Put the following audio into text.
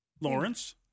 Lawrence